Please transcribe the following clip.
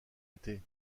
été